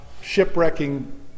shipwrecking